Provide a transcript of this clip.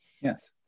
Yes